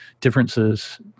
differences